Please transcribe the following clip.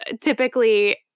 typically